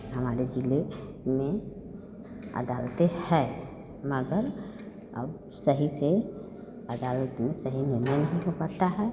हमारे ज़िले में अदालतें है मगर अब सही से अदालत में सही निर्णय नहीं हो पाता है